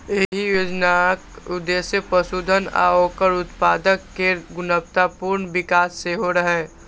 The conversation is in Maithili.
एहि योजनाक उद्देश्य पशुधन आ ओकर उत्पाद केर गुणवत्तापूर्ण विकास सेहो रहै